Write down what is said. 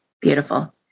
Beautiful